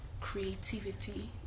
creativity